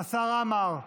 השר עמאר,